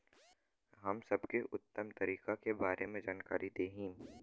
हम सबके उत्तम तरीका के बारे में जानकारी देही?